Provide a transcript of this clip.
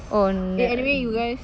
on